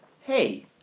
Hey